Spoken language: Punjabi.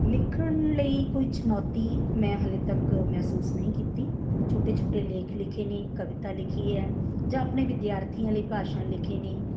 ਲਿਖਣ ਲਈ ਕੋਈ ਚੁਣੌਤੀ ਮੈਂ ਹਾਲੇ ਤੱਕ ਮਹਿਸੂਸ ਨਹੀਂ ਕੀਤੀ ਛੋਟੇ ਛੋਟੇ ਲੇਖ ਲਿਖੇ ਨੇ ਕਵਿਤਾ ਲਿਖੀ ਹੈ ਜਾਂ ਆਪਣੇ ਵਿਦਿਆਰਥੀਆਂ ਲਈ ਭਾਸ਼ਣ ਲਿਖੇ ਨੇ